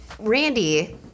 Randy